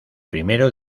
primero